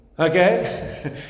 Okay